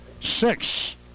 six